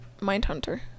Mindhunter